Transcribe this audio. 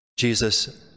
Jesus